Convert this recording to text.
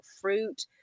fruit